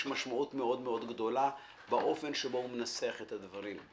יש אפשרות מאוד מאוד גדולה באופן שבו הוא מנסח את הדברים.